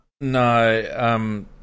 No